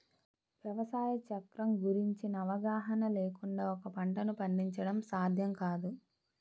వ్యవసాయ చక్రం గురించిన అవగాహన లేకుండా ఒక పంటను పండించడం సాధ్యం కాదు